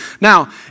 Now